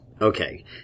Okay